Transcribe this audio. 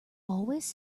always